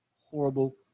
horrible